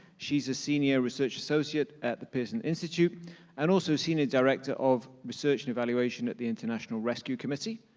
she's a senior research associate at the pearson institute and also senior director of research and evaluation at the international rescue committee.